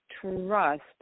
trust